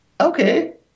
okay